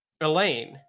Elaine